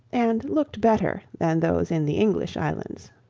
and looked better than those in the english islands.